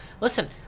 Listen